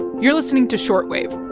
you're listening to short wave